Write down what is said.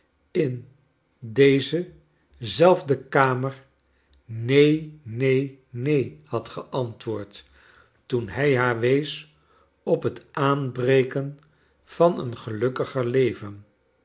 in deze zelfde kamer neen neen neen had geantwoord toen hij haar wees op het aanbreken van een gelukkiger leven